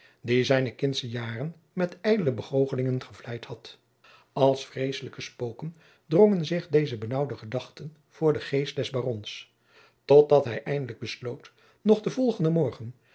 die zijne kindsche jaren met ijdele begoochelingen gevleid had als vreesselijke spoken drongen zich deze benaauwende gedachten voor den geest des barons tot dat hij eindelijk besloot nog den volgenden morgen